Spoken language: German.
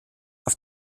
auf